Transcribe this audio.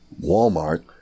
Walmart